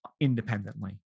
independently